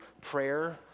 prayer